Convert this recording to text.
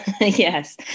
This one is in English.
Yes